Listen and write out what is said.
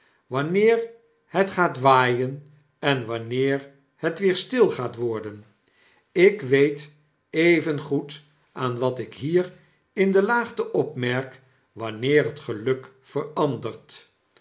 wanneer het gaat waaien en wanneer het weer stil gaat worden ikweetevengoed aan wat ik hier in de laagte opmerk wanneer het geluk